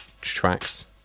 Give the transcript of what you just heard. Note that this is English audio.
tracks